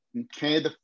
okay